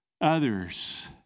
others